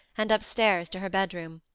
and upstairs to her bedroom.